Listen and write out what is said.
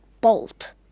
bolt